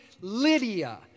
Lydia